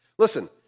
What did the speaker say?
Listen